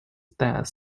death